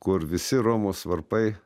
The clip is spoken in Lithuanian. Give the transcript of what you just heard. kur visi romos varpai